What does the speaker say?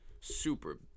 Super